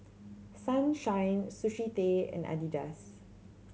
Sunshine Sushi Tei and Adidas